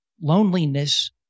loneliness